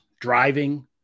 driving